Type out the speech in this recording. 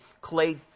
clay